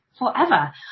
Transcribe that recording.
forever